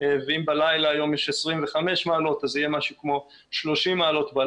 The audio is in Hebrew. ואם בלילה היום יש 25 מעלות אז יהיה משהו כמו 30 מעלות.